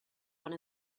one